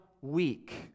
weak